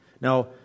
Now